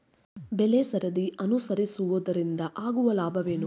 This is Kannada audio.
ಬೆಳೆಸರದಿ ಅನುಸರಿಸುವುದರಿಂದ ಆಗುವ ಲಾಭವೇನು?